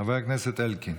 חבר הכנסת אלקין.